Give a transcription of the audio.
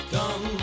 Come